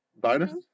bonus